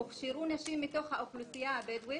הוכשרו נשים מתוך האוכלוסייה הבדואית